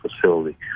facility